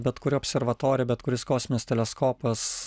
bet kuri observatorija bet kuris kosminis teleskopas